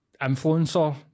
influencer